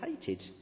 hated